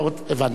הבנתי.